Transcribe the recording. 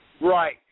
Right